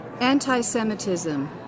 Anti-Semitism